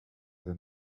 than